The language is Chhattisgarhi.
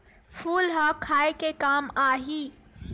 फूल ह खाये के काम आही?